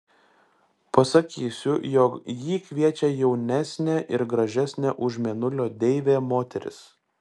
pasakysiu jog jį kviečia jaunesnė ir gražesnė už mėnulio deivę moteris